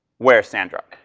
where's sandra?